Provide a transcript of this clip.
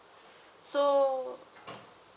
so